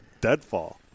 deadfall